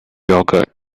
yogurt